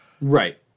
Right